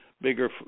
bigger